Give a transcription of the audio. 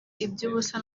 iby’ubusa